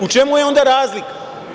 U čemu je onda razlika?